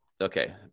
okay